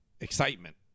excitement